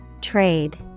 Trade